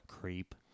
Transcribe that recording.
Creep